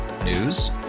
News